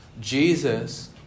Jesus